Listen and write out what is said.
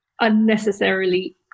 unnecessarily